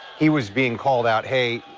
he was being called out hey.